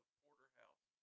porterhouse